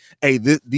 hey